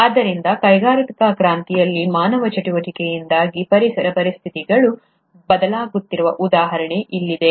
ಆದ್ದರಿಂದ ಕೈಗಾರಿಕಾ ಕ್ರಾಂತಿಯಲ್ಲಿನ ಮಾನವ ಚಟುವಟಿಕೆಯಿಂದಾಗಿ ಪರಿಸರ ಪರಿಸ್ಥಿತಿಗಳು ಬದಲಾಗುತ್ತಿರುವ ಉದಾಹರಣೆ ಇಲ್ಲಿದೆ